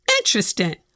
Interesting